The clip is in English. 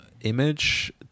image